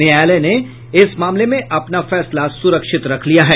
न्यायालय ने इस मामले में अपना फैसला सुरक्षित रख लिया है